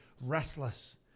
Restless